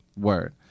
Word